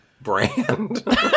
brand